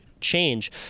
change